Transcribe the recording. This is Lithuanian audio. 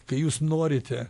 kai jūs norite